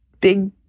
big